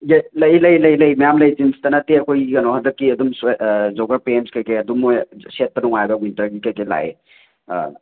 ꯌꯦꯠ ꯂꯩ ꯂꯩ ꯂꯩ ꯂꯩ ꯃꯌꯥꯝ ꯂꯩ ꯖꯤꯟꯁꯇ ꯅꯠꯇꯦ ꯑꯩꯈꯣꯏ ꯀꯩꯅꯣ ꯍꯟꯗꯛꯀꯤ ꯑꯗꯨꯝ ꯁ꯭ꯋꯦꯠ ꯖꯣꯒꯔ ꯄꯦꯟꯁ ꯀꯩ ꯀꯩ ꯑꯗꯨꯝ ꯃꯣꯏ ꯁꯦꯠꯄ ꯅꯨꯡꯉꯥꯏꯕ ꯋꯤꯟꯇꯔꯒꯤ ꯀꯩ ꯀꯩ ꯂꯥꯛꯑꯦ